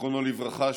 זיכרונו לברכה,